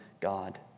God